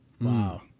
Wow